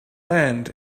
land